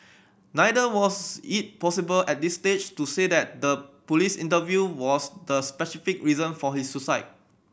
neither was it possible at this stage to say that the police interview was the specific reason for his suicide